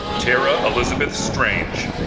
tara elizabeth strange